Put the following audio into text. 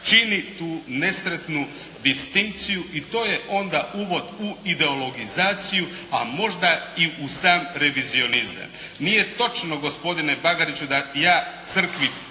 čini tu nesretnu distinkciju i to je onda uvod i ideologizaciju a možda i u sam revizionizam. Nije točno gospodine Bagariću da ja crkvi